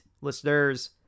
listeners